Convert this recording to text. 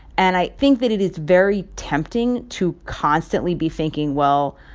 and i think that it is very tempting to constantly be thinking, well,